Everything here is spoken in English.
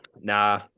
Nah